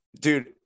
dude